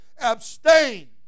abstain